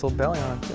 so belly on